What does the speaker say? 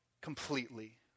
completely